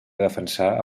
defensar